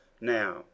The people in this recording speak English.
Now